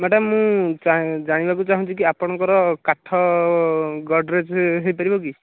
madam ମୁଁ ଜାଣିବାକୁ ଚାହୁଁଛି କି ଆପଣଙ୍କର କାଠ ଗଡ୍ରେଜ୍ ହୋଇପାରିବ କି